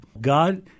God